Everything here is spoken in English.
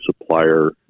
supplier